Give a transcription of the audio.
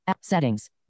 settings